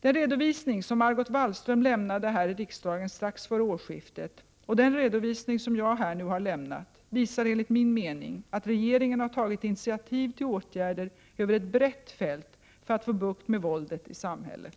Den redovisning som Margot Wallström lämnade här i riksdagen strax före årsskiftet och den redovisning som jag här nu har lämnat visar enligt min mening att regeringen har tagit initiativ till åtgärder över ett brett fält för att få bukt med våldet i samhället.